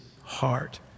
heart